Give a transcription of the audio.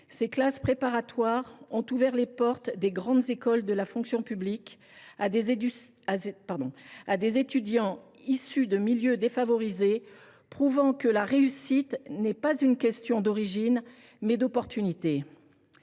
ces classes préparatoires ont ouvert les portes des grandes écoles de la fonction publique à des étudiants issus de milieux défavorisés, prouvant que la réussite est une question non pas d’origine, mais d’opportunité.